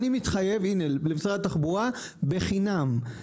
אני מתחייב למשרד התחבורה, בחינם,